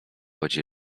łodzi